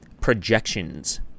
projections